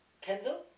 Kendall